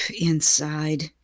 inside